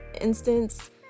instance